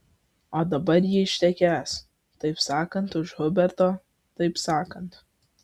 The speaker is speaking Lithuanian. o dabar ji ištekės taip sakant už huberto taip sakant